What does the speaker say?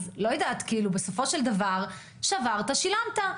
בסופו של דבר שברת שילמת.